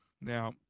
Now